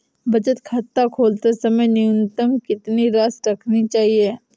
बचत खाता खोलते समय न्यूनतम कितनी राशि रखनी चाहिए?